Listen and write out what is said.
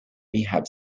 rehab